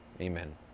Amen